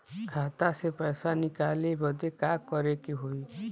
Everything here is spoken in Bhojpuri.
खाता से पैसा निकाले बदे का करे के होई?